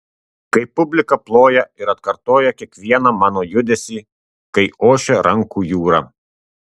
kai publika ploja ir atkartoja kiekvieną mano judesį kai ošia rankų jūra